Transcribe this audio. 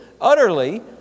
utterly